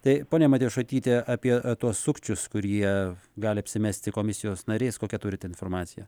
tai ponia matjošaityte apie tuos sukčius kurie gali apsimesti komisijos nariais kokią turit informaciją